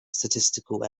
statistical